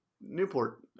Newport